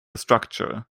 structure